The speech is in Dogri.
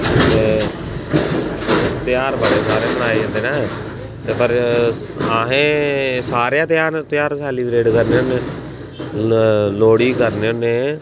ते तेहार बड़े सारे मनाए जंदे न ते पर अहें सारे तेहार तेहार सेलीब्रेट करने होन्ने हून लोहड़ी करने होन्ने